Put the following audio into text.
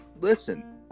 listen